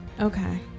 okay